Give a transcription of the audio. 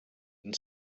and